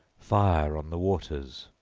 fire on the waters.